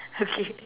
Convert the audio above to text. okay